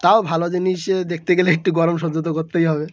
তাও ভালো জিনিস দেখতে গেলে একটু গরম সহ্য তো করতেই হবে